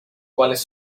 cuales